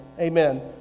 Amen